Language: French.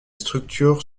structures